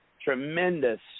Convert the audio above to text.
tremendous